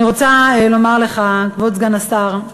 אני רוצה לומר לך, כבוד סגן השר,